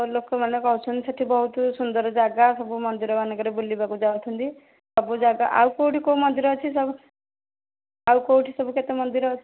ଲୋକମାନେ କହୁଛନ୍ତି ସେଇଠି ବହୁତ ସୁନ୍ଦର ଯାଗା ସବୁ ମନ୍ଦିରମାନଙ୍କରେ ବୁଲିବାକୁ ଯାଉଛନ୍ତି ସବୁ ଯାଗା ଆଉ କେଉଁଠି କେଉଁ ମନ୍ଦିର ଅଛି ସବୁ ଆଉ କେଉଁଠି ସବୁ କେତେ ମନ୍ଦିର ଅଛି